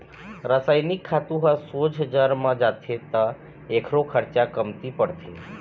रसइनिक खातू ह सोझ जर म जाथे त एखरो खरचा कमती परथे